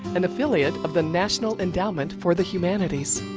an affiliate of the national endowment for the humanities.